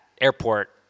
airport